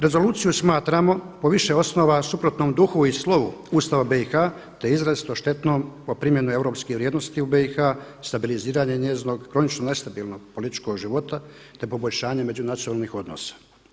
Rezoluciju smatramo po više osnova suprotnom duhu i slovu Ustava BiH, te izrazito štetnom o primjeni europskih vrijednosti u BiH, stabiliziranje njezinog kronično nestabilnog političkog života, te poboljšanje međunacionalnih odnosa.